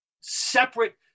separate